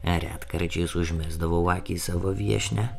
retkarčiais užmesdavau akį į savo viešnią